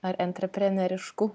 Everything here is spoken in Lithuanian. ar antreprenerišku